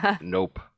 nope